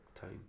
time